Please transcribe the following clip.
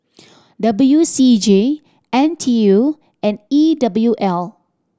W C G N T U and E W L